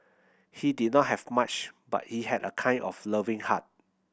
he did not have much but he had a kind of loving heart